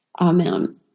Amen